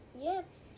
Yes